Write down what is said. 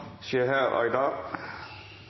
Seher Aydar